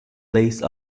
lace